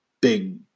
big